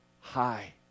high